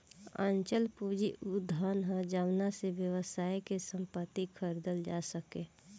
अचल पूंजी उ धन ह जावना से व्यवसाय के संपत्ति खरीदल जा सके